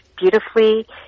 beautifully